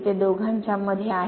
ते दोघांच्या मध्ये आहेत